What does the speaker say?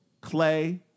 Clay